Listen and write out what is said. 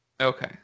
Okay